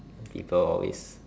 people always